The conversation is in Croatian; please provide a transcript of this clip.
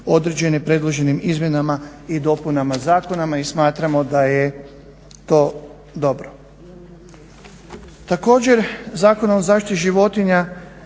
predloženim izmjenama i dopunama zakona i smatramo da je to dobro. Također zakona o zaštiti životinja